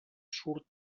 surt